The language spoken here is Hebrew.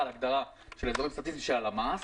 על הגדרה של אזורים סטטיסטיים של הלמ"ס,